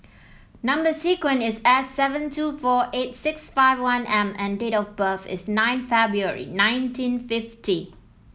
number sequence is S seven two four eight six five one M and date of birth is nine February nineteen fifty